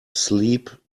sleep